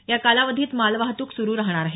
या कालावधीत माल वाहतूक सुरु राहणार आहे